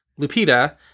Lupita